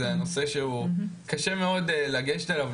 זה נושא שקשה מאוד לגשת אליו.